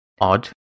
odd